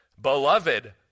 Beloved